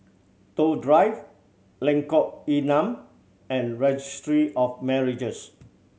Toh Drive Lengkok Enam and Registry of Marriages